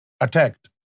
attacked